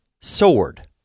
sword